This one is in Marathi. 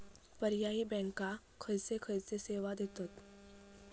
पर्यायी बँका खयचे खयचे सेवा देतत?